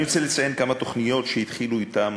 אני רוצה לציין כמה תוכניות שהתחילו בהן